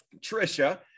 Tricia